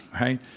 Right